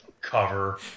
cover